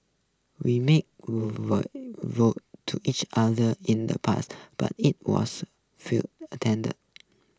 we made vows to each other in the past but it was a futile attempt